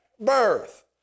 birth